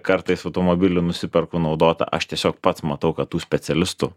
kartais automobilį nusiperku naudotą aš tiesiog pats matau kad tų specialistų